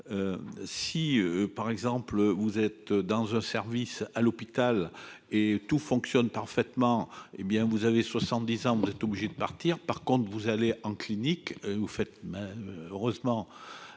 si par exemple vous êtes dans un service à l'hôpital et tout fonctionne parfaitement, hé bien vous avez 70 arbres est obligé de partir, par contre, vous allez en clinique au fait ma heureusement